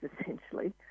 essentially